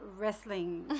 wrestling